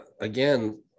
again